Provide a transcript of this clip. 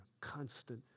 constant